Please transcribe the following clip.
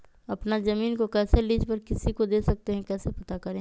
अपना जमीन को कैसे लीज पर किसी को दे सकते है कैसे पता करें?